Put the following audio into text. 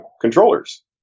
controllers